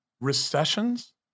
Recessions